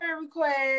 request